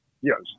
Yes